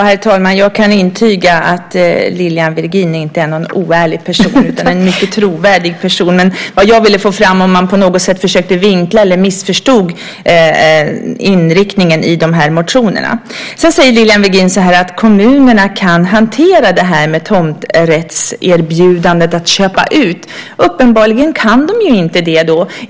Herr talman! Jag kan intyga att Lilian Virgin inte är någon oärlig person utan en mycket trovärdig person! Men vad jag ville få fram var om man på något sätt försökte vinkla eller missförstod inriktningen i de här motionerna. Lilian Virgin säger att kommunerna kan hantera tomträttserbjudanden om att köpa loss tomter. Uppenbarligen kan de ju inte det.